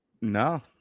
No